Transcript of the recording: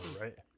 right